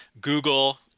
Google